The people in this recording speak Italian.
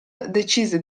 decise